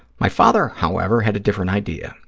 my father, however, had a different idea.